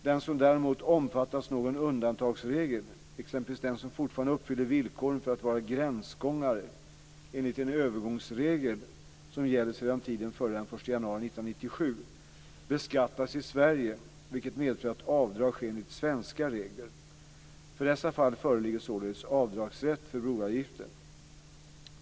Den som däremot omfattas av någon undantagsregel, t.ex. den som fortfarande uppfyller villkoren för att vara gränsgångare enligt den övergångsregel som gäller sedan tiden före den 1 januari 1997, beskattas i Sverige, vilket medför att avdrag sker enligt svenska regler. För dessa fall föreligger således avdragsrätt för broavgiften.